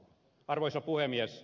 arvoisa puhemies